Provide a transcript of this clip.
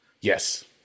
yes